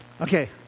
Okay